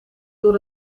door